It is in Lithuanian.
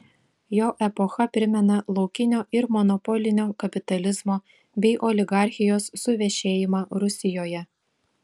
jo epocha primena laukinio ir monopolinio kapitalizmo bei oligarchijos suvešėjimą rusijoje